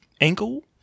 ankle